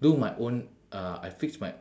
do my own uh I fix my